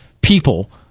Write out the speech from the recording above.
people